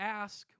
ask